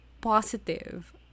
positive